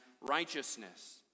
righteousness